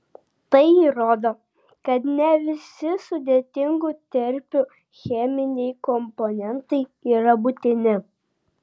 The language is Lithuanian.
tai įrodo kad ne visi sudėtingų terpių cheminiai komponentai yra būtini